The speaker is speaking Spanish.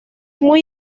muy